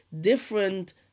different